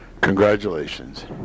congratulations